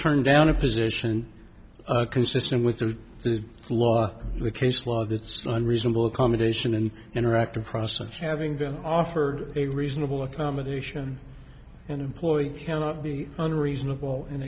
turn down a position consistent with the law in the case law that reasonable accommodation and interactive process having been offered a reasonable accommodation and employer cannot be unreasonable in